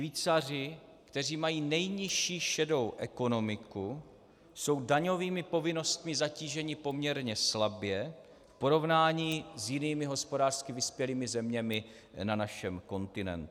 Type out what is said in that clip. Švýcaři, kteří mají nejnižší šedou ekonomiku, jsou daňovými povinnostmi zatíženi poměrně slabě v porovnání s jinými hospodářsky vyspělými zeměmi na našem kontinentu.